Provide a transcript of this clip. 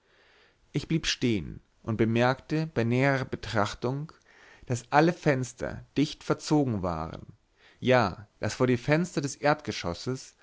ich blieb stehen und bemerkte bei näherer betrachtung daß alle fenster dicht verzogen waren ja daß vor die fenster des erdgeschosses